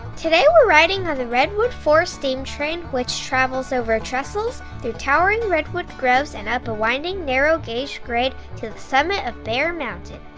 today we're riding on the redwood forest steam train, which travels over trestles through towering redwood groves and up a winding narrow gauge grade to the summit of bear mountain.